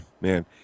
Man